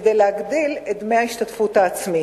כדי להגדיל את דמי ההשתתפות העצמית.